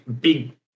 big